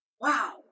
Wow